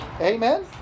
amen